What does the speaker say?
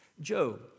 Job